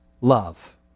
love